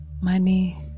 money